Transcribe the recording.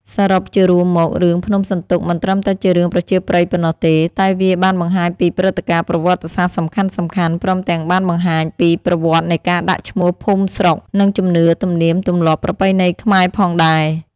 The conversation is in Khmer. សរុបជារួមមក រឿង ភ្នំសន្ទុកមិនត្រឹមតែជារឿងប្រជាប្រិយប៉ុណ្ណោះទេ តែវាបានបង្ហាញពីព្រឹត្តិការណ៍ប្រវត្តិសាស្រ្ដសំខាន់ៗ ព្រមទាំងបានបង្ហាញពីប្រវត្តិនៃការដាក់ឈ្មោះភូមិស្រុក និងជំនឿ ទំនៀមទម្លាប់ប្រពៃណីខ្មែរផងដែរ។